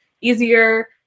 easier